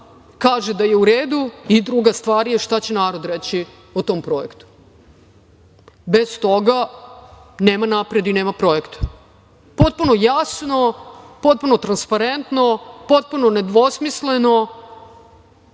kaže da je u redu i druga stvar je šta će narod reći o tom projektu. Bez toga nema napred i nema projekta. Potpuno jasno, potpuno transparentno, potpuno nedvosmisleno.